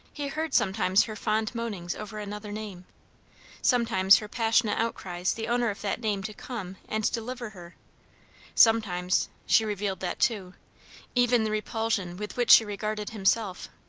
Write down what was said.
he heard sometimes her fond moanings over another name sometimes her passionate outcries the owner of that name to come and deliver her sometimes she revealed that too even the repulsion with which she regarded himself.